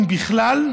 אם בכלל,